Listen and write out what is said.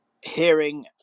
hearing